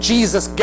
Jesus